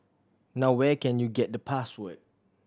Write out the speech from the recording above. now where can you get the password